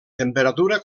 temperatura